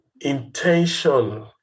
intention